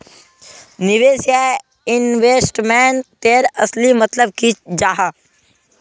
निवेश या इन्वेस्टमेंट तेर असली मतलब की जाहा?